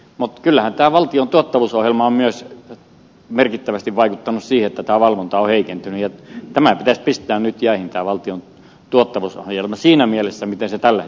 mutta kyllähän tämä valtion tuottavuusohjelma on myös merkittävästi vaikuttanut siihen että tämä valvonta on heikentynyt ja tämä valtion tuottavuusohjelma pitäisi pistää nyt jäihin siinä mielessä miten se tällä hetkellä toimii